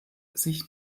sich